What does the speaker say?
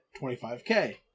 25k